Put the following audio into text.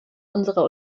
unserer